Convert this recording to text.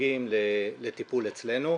מפגינים ביחד נגד אלימות נשים,